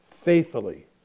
faithfully